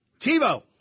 TiVo